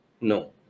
No